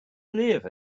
live